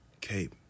Cape